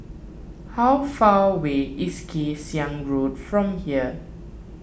how far away is Kay Siang Road from here